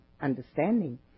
understanding